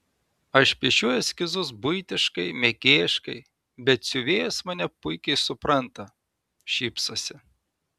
aš piešiu eskizus buitiškai mėgėjiškai bet siuvėjos mane puikiai supranta šypsosi